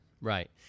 Right